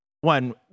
one